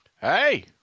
Hey